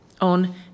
on